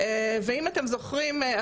אם אתם זוכרים,